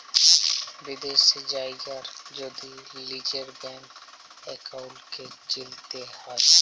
বিদ্যাশি জায়গার যদি লিজের ব্যাংক একাউল্টকে চিলতে হ্যয়